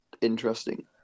interesting